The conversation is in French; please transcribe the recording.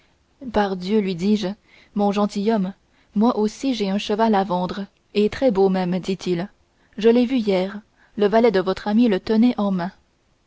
dieu lui dis-je mon gentilhomme moi aussi j'ai un cheval à vendre et très beau même dit-il je l'ai vu hier le valet de votre ami le tenait en main